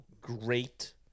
great